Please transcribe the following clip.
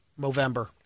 Movember